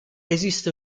esiste